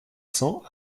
cents